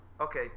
Okay